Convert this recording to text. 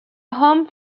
home